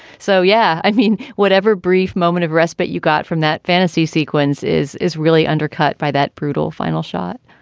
so yeah i mean whatever brief moment of respite you got from that fantasy sequence is is really undercut by that brutal final shot